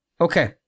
okay